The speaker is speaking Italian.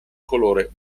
colore